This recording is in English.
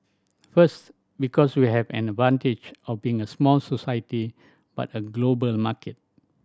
first because we have an advantage of being a small society but a global market